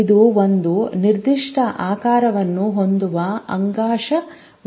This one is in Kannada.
ಇದು ಒಂದು ನಿರ್ದಿಷ್ಟ ಆಕಾರವನ್ನು ಹೊಂದಿರುವ ಅಂಗಾಂಶವಾಗಿದೆ